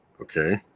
Okay